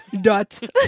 dot